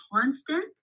constant